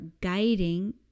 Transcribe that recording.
guiding